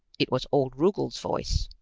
it was old rugel's voice.